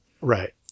Right